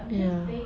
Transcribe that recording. ya